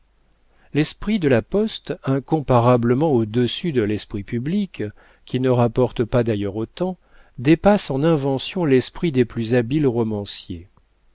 l'esprit de la poste incomparablement au-dessus de l'esprit public qui ne rapporte pas d'ailleurs autant dépasse en invention l'esprit des plus habiles romanciers